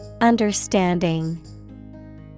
understanding